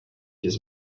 his